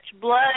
blood